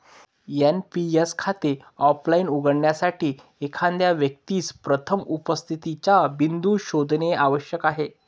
NPS खाते offline उघडण्यासाठी, एखाद्या व्यक्तीस प्रथम उपस्थितीचा बिंदू शोधणे आवश्यक आहे